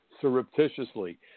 surreptitiously